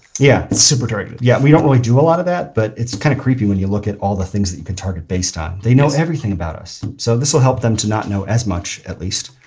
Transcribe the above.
yeah. super targeted. yeah. we don't really do a lot of that but it's kind of creepy when you look at all the things that you can target based on they know everything about us. so this will help them to not know as much at least.